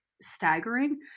staggering